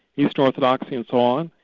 eastern orthodox and so on,